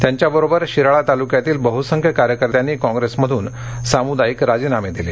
त्यांच्याबरोबर शिराळा तालुक्यातील बहुसंख्य कार्यकर्त्यांनी काँग्रेसमधून सामुदायिक राजीनामे दिले